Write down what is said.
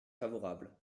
favorable